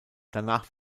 danach